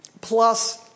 plus